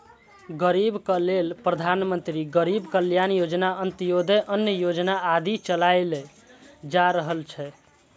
गरीबक लेल प्रधानमंत्री गरीब कल्याण योजना, अंत्योदय अन्न योजना आदि चलाएल जा रहल छै